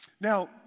Now